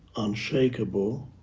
unshakable